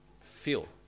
feel